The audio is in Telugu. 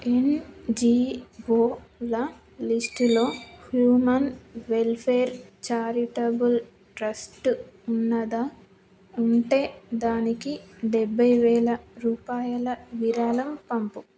ఎన్జీవోల లిస్టులో హ్యూమన్ వెల్ఫేర్ ఛారిటబుల్ ట్రస్ట్ ఉన్నాదా ఉంటే దానికి డెభై వేల రూపాయల విరాళం పంపు